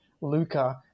Luca